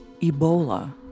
Ebola